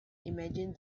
imagine